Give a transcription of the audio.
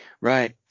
right